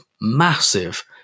massive